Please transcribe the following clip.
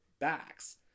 backs